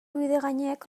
bidegainek